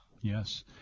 yes